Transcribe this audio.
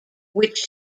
which